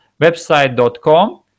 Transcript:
website.com